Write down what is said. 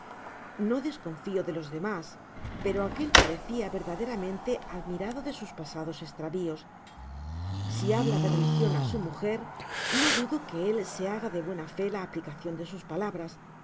no desconfio de los demas pero aquel parecia verdaderamente admirado de sus pasados estravios si habla de religion á su mujer no dudo que él se haga de buena fé la aplicacion de sus palabras